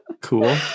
Cool